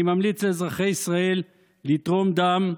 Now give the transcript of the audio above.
אני ממליץ לאזרחי ישראל לתרום דם,